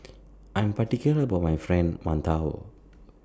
I Am particular about My Fried mantou